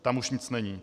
Tam už nic není.